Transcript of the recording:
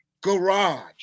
garage